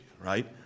right